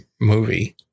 movie